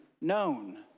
known